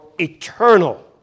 eternal